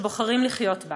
שבוחרים לחיות בה